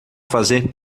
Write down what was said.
fazer